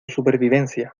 supervivencia